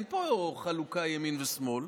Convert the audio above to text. אין פה חלוקה ימין ושמאל,